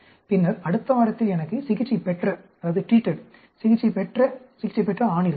பின்னர் அடுத்த வாரத்தில் எனக்கு சிகிச்சை பெற்ற சிகிச்சை பெற்ற சிகிச்சை பெற்ற ஆண் இருக்கலாம்